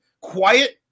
quiet